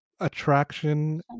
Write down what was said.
attraction